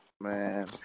Man